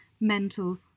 mental